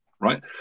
right